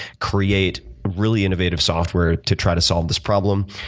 create really innovative software to try to solve this problem.